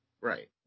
Right